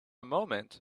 moment